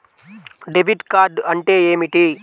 Debit card అంటే ఏమిటి?